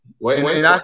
Wait